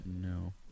No